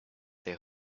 their